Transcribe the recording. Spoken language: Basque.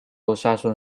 osasun